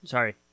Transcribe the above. Sorry